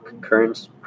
currents